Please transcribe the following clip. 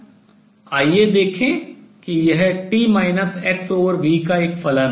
आइए देखें कि यह t xv का एक फलन है